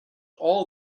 all